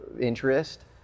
interest